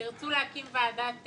תרצו להקים ועדה